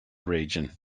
region